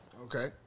Okay